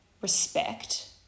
respect